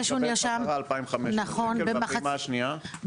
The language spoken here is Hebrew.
הוא מקבל חזרה 2,500. והפעימה השנייה?